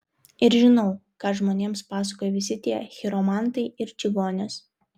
ir žinau ką žmonėms pasakoja visi tie chiromantai ir čigonės